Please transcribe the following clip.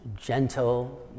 gentle